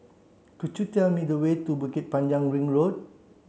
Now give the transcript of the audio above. could you tell me the way to Bukit Panjang Ring Road